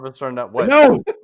No